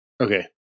Okay